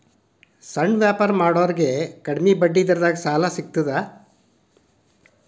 ಸಣ್ಣ ವ್ಯಾಪಾರ ಮಾಡೋರಿಗೆ ಕಡಿಮಿ ಬಡ್ಡಿ ದರದಾಗ್ ಸಾಲಾ ಸಿಗ್ತದಾ?